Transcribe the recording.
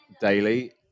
daily